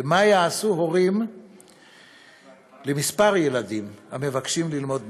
ומה יעשו הורים לכמה ילדים המבקשים ללמוד מוזיקה?